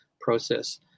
process